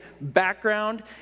background